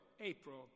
April